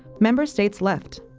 member states left.